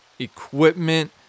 equipment